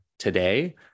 Today